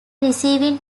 receiving